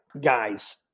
Guys